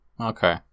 Okay